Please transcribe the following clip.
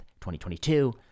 2022